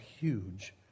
huge